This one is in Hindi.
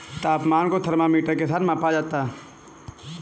तापमान को थर्मामीटर के साथ मापा जाता है